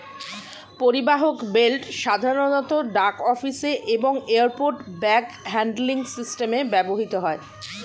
পরিবাহক বেল্ট সাধারণত ডাক অফিসে এবং এয়ারপোর্ট ব্যাগ হ্যান্ডলিং সিস্টেমে ব্যবহৃত হয়